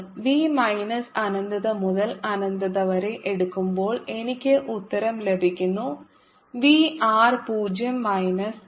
V minus അനന്തത മുതൽ അനന്തത വരെ എടുക്കുമ്പോൾ എനിക്ക് ഉത്തരം ലഭിക്കുന്നു v r 0 മൈനസ് 6